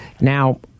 Now